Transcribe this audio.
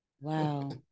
Wow